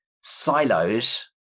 silos